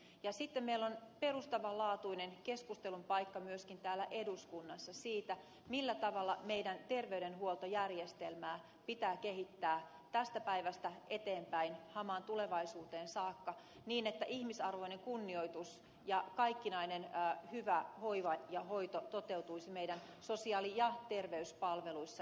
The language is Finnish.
ja sitten meillä on perustavanlaatuinen keskustelun paikka myöskin täällä eduskunnassa siitä millä tavalla meidän terveydenhuoltojärjestelmää pitää kehittää tästä päivästä eteenpäin hamaan tulevaisuuteen saakka niin että ihmisarvoinen kunnioitus ja kaikkinainen hyvä hoiva ja hoito toteutuisi meidän sosiaali ja terveyspalveluissa